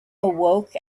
awoke